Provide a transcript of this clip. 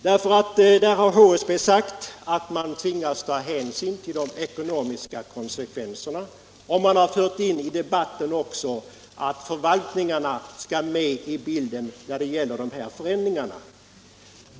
Där har nämligen HSB sagt att man tvingats ta hänsyn till de ekonomiska konsekvenserna. Man har även fört in i debatten att förvaltningarna skall med i bilden när det gäller dessa förändringar.